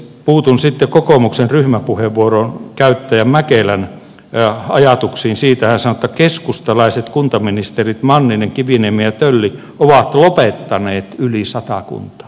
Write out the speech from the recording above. puutun sitten kokoomuksen ryhmäpuheenvuoron käyttäjän mäkelän ajatuksiin siitä kun hän sanoi että keskustalaiset kuntaministerit manninen kiviniemi ja tölli ovat lopettaneet yli sata kuntaa